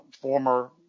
former